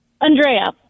Andrea